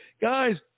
Guys